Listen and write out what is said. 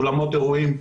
אולמות אירועים.